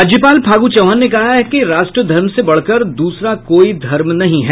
राज्यपाल फागु चौहान ने कहा है कि राष्ट्र धर्म से बढ़कर दूसरा कोई धर्म नहीं है